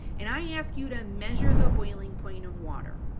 and i ask you to measure the boiling point of water.